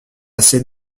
celle